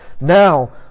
Now